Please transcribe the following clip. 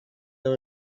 they